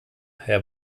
herr